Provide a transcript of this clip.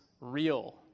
real